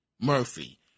Murphy